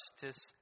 justice